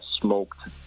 smoked